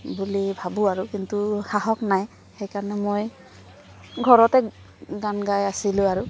বুলি ভাবোঁ আৰু কিন্তু সাহস নাই সেইকাৰণে মই ঘৰতে গান গাই আছিলোঁ আৰু